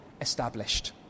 established